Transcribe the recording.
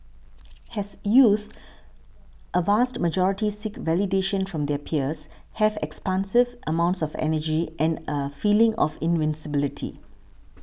as youths a vast majority seek validation from their peers have expansive amounts of energy and a feeling of invincibility